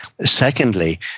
Secondly